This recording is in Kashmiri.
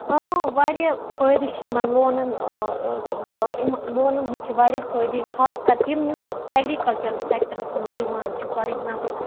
آ واریاہ فٲیدٕ چھِ یِمَن لونَن یِمَن لونَن ہٕنٛدۍ چھِ واریاہ فٲیدٕ خاص کَر تِم یِم ایٚگرِکَلچَر سٮ۪کٹَرَس منٛز دِوان چھُ فار ایٚگزامپُل